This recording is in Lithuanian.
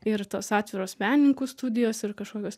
ir tos atviros menininkų studijos ir kažkokios